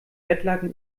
bettlaken